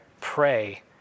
pray